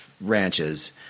ranches